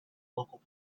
local